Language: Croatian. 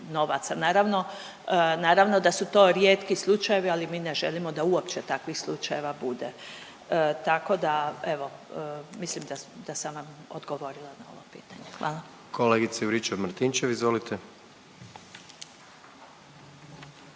Naravno da su to rijetki slučajevi, ali mi ne želimo da uopće takvih slučajeva bude, tako da, evo, mislim da sam vam odgovorila na ovo pitanje. Hvala. **Jandroković, Gordan